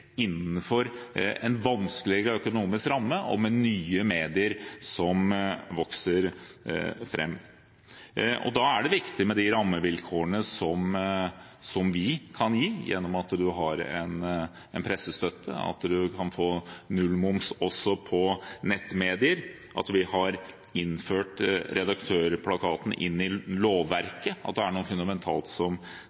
innenfor en vanskeligere økonomisk ramme og med nye medier som vokser fram? Da er det viktig med de rammevilkårene som vi kan gi gjennom at man har en pressestøtte, at man kan få nullmoms også på nettmedier, at vi har innført redaktørplakaten i lovverket – at det er noe fundamentalt som